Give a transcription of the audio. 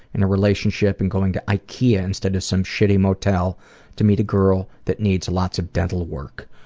in a relationship and going to ikea instead of some shitty motel to meet a girl that needs lots of dental work.